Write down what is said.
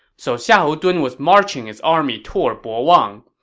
so xiahou dun was marching his army toward bo wang.